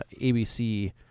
ABC